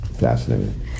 fascinating